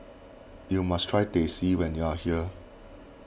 you must try Teh C when you are here